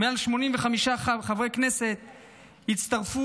ומעל 85 חברי כנסת הצטרפו,